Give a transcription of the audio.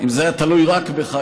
שאם זה היה תלוי רק בך,